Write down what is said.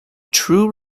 true